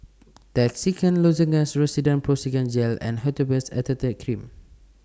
Trachisan Lozenges Rosiden Piroxicam Gel and Hydrocortisone Acetate Cream